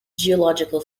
geological